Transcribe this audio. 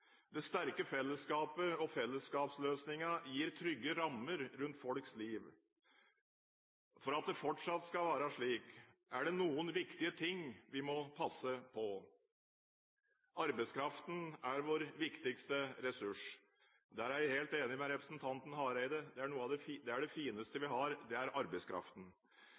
Det sterke fellesskapet og fellesskapsløsningene gir trygge rammer rundt folks liv. For at det fortsatt skal være slik, er det noen viktige ting vi må passe på. Arbeidskraften er vår viktigste ressurs. Her er jeg helt enig med representanten Hareide. Det fineste vi har, er arbeidskraften.